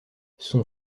son